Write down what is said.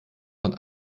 von